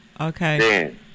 Okay